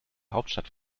hauptstadt